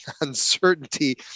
uncertainty